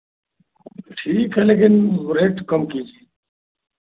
ठीक है लेकिन रेट कम कीजिए